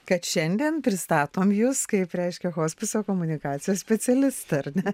kad šiandien pristatom jus kaip reiškia hospiso komunikacijos specialistą ar ne